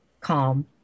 calm